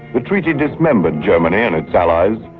the treaty dismembered germany and its allies,